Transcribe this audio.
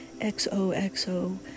XOXO